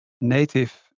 native